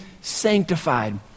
sanctified